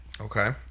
Okay